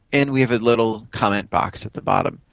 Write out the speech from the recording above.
and we have a little comment box at the bottom.